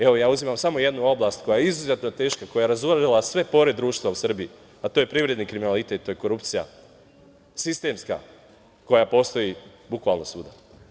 Evo, ja uzimam samo jednu oblast koja je izuzetno teška, koja je razuverila sve pore društva u Srbiji, a to je privredni kriminalitet, to je korupcija, sistemska, koja postoji bukvalno svuda.